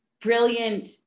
brilliant